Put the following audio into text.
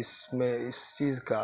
اس میں اس چیز کا